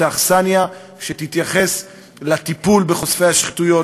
האכסניה שתתייחס לטיפול בחושפי שחיתויות,